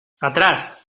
atrás